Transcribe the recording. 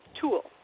tool